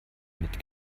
mit